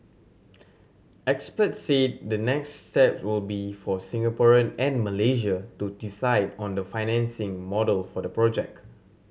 experts said the next step will be for Singaporean and Malaysia to decide on the financing model for the project